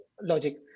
logic